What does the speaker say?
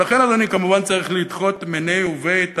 לכן, אדוני, כמובן צריך לדחות מיניה וביה את